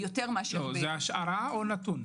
זה השערה או נתון?